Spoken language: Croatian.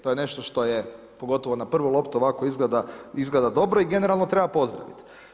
To je nešto što pogotovo na prvu loptu ovako izgleda dobro i generalno treba pozdraviti.